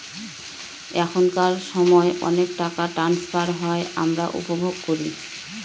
এখনকার সময় অনেক টাকা ট্রান্সফার হয় আমরা উপভোগ করি